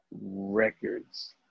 records